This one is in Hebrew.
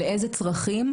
לאיזה צרכים,